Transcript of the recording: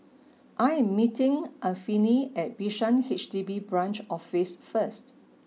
I am meeting Anfernee at Bishan H D B Branch Office first